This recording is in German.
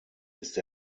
ist